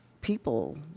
people